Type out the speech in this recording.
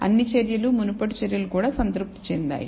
అన్ని చర్యలు మునుపటి చర్యలు కూడా సంతృప్తి చెందాయి